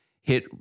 hit